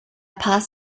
paz